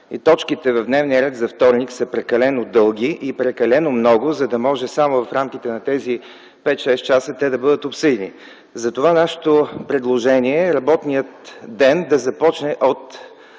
Точките в дневния ред за вторник са прекалено дълги и прекалено много, за да може само в рамките на тези пет-шест часа да бъдат обсъдени. Затова нашето предложение е работният ден да започне от